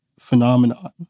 Phenomenon